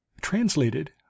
Translated